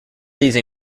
these